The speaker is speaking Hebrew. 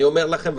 אני אומר לכם,